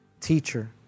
teacher